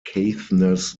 caithness